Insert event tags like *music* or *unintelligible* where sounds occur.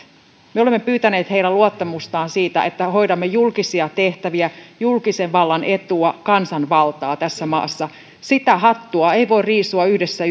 me olemme pyytäneet heidän luottamustaan siitä että hoidamme julkisia tehtäviä julkisen vallan etua kansanvaltaa tässä maassa sitä hattua ei voi riisua yhdessä *unintelligible*